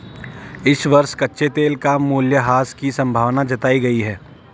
इस वर्ष कच्चे तेल का मूल्यह्रास की संभावना जताई गयी है